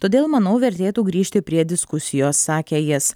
todėl manau vertėtų grįžti prie diskusijos sakė jis